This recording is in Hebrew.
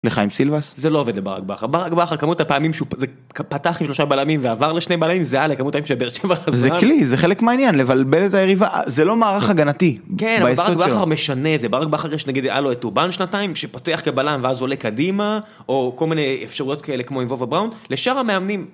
לחיים סילבס זה לא עובד לברק בכר, ברק בכר כמות הפעמים שהוא פתח עם שלושה בלמים ועבר לשני בלמים זהה לכמות הפעמים שבאר שבע..., זה כלי זה חלק מהעניין לבלבל את היריבה זה לא מערך הגנתי. כן אבל ברק בכר משנה את זה, ברק בכר יש נגיד היה לו את טובן שנתיים שפותח כבלם ואז עולה קדימה או כל מיני אפשרויות כאלה כמו עם וווה בראון, לשם מאמנים.